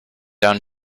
down